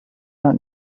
not